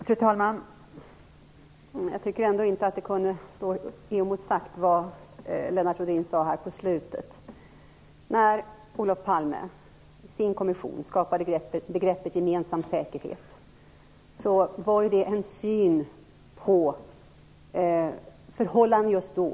Fru talman! Jag tycker inte att det som Lennart Rohdin sade här på slutet kan stå oemotsagt. När Olof Palme i sin kommission skapade begreppet gemensam säkerhet var det en syn på förhållanden just då.